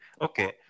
Okay